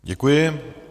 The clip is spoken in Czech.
Děkuji.